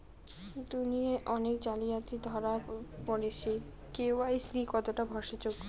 দুনিয়ায় অনেক জালিয়াতি ধরা পরেছে কে.ওয়াই.সি কতোটা ভরসা যোগ্য?